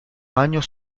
años